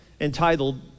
entitled